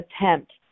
attempt